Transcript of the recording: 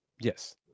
Yes